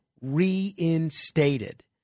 reinstated